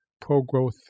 pro-growth